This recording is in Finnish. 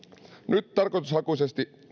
nyt tarkoitushakuisesti on